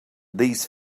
these